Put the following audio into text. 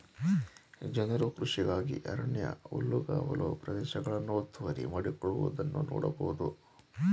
ಜನರು ಕೃಷಿಗಾಗಿ ಅರಣ್ಯ ಹುಲ್ಲುಗಾವಲು ಪ್ರದೇಶಗಳನ್ನು ಒತ್ತುವರಿ ಮಾಡಿಕೊಳ್ಳುವುದನ್ನು ನೋಡ್ಬೋದು